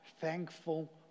thankful